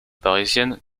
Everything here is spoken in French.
parisiennes